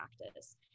practice